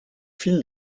fil